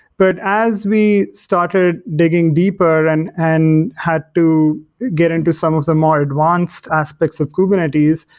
but as we started digging deeper and and had to get into some of the more advanced aspects of kubernetes,